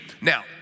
Now